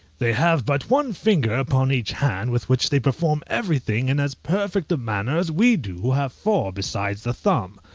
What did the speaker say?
they have but one finger upon each hand, with which they perform everything in as perfect a manner as we do who have four besides the thumb.